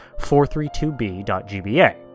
432B.GBA